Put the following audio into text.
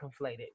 conflated